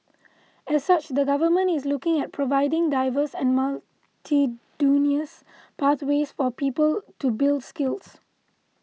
as such the Government is looking at providing diverse and multitudinous pathways for people to build skills